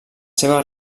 seves